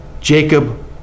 Jacob